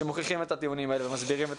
שמוכיחים את הטיעונים האלה ומסבירים את